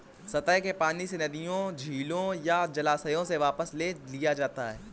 सतह के पानी से नदियों झीलों या जलाशयों से वापस ले लिया जाता है